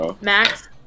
Max